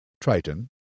Triton